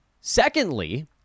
Secondly